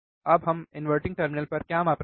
अब हम inverting terminal पर क्या माप रहे हैं